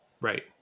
Right